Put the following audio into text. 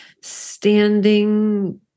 standing